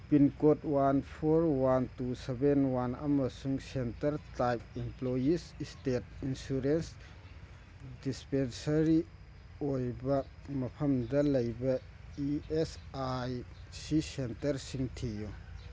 pincode one four one two seven one ꯑꯃꯁꯨꯡ centre type employees state insurance dispensary ꯑꯣꯏꯕ ꯃꯐꯝꯗ ꯂꯩꯕ E S I C ꯁꯦꯟꯇꯔꯁꯤꯡ ꯊꯤꯌꯨ